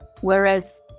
Whereas